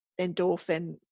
endorphin